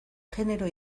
genero